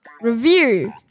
review